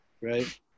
Right